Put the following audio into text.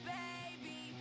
baby